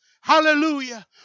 Hallelujah